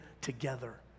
together